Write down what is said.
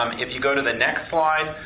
um if you go to the next slide,